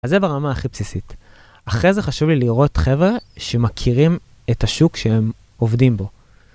אז זה ברמה הכי בסיסית. אחרי זה חשוב לי לראות חבר'ה שמכירים את השוק שהם עובדים בו.